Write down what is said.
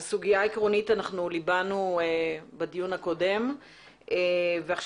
את הסוגיה העקרונית אנחנו ליבנו בדיון הקודם ועכשיו